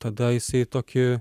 tada jisai tokį